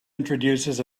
introduces